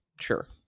Sure